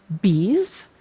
bees